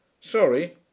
Sorry